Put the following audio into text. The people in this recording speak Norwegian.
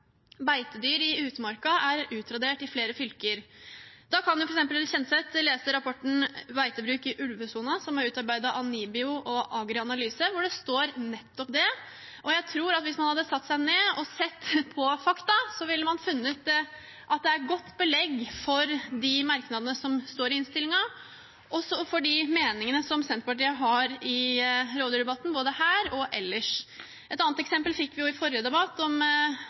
i utmark er utradert i flere fylker. Da kan Kjenseth f.eks. lese rapporten Beitebruk i ulvesonen, som er utarbeidet av NIBIO og AgriAnalyse, hvor det står nettopp det. Jeg tror at hvis man hadde satt seg ned og sett på fakta, ville man funnet at det er godt belegg for de merknadene som står i innstillingen, og også for de meningene som Senterpartiet har i rovdyrdebatten, både her og ellers. Et annet eksempel fikk vi i forrige debatt, om